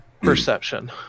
Perception